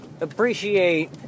Appreciate